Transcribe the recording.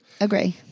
Agree